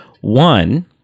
One